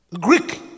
Greek